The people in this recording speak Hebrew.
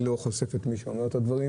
אבל אני לא חושף את מי שאומר את הדברים